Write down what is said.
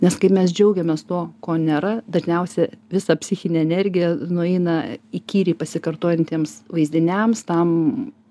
nes kai mes džiaugiamės tuo ko nėra dažniausia visa psichinė energija nueina įkyriai pasikartojantiems vaizdiniams tam